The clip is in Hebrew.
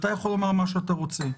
אתה יכול לומר מה שאתה רוצה,